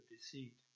deceit